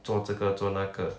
做这个做那个